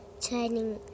turning